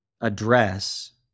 address